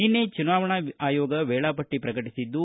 ನಿನ್ನೆ ಚುನಾವಣಾ ಆಯೋಗ ವೇಳಾಪಟ್ಟಿ ಪ್ರಕಟಿಸದ್ದು